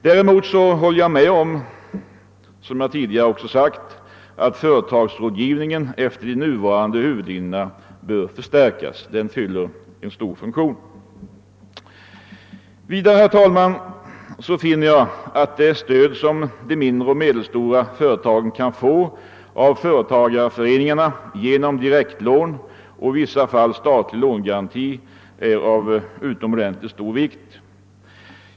Däremot håller jag med om, som jag tidigare sagt, att företagsrådgivningen efter nuvarande huvudlinjer bör förstärkas; den fyller en stor funktion. Vidare, herr talman, finner jag att det stöd som de mindre och medelstora företagen kan få av företagareföreningarna genom direktlån och i vissa fall statlig lånegaranti är av utomordentligt stor betydelse.